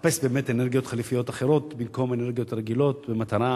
לחפש באמת אנרגיות חלופיות אחרות במקום אנרגיות רגילות במטרה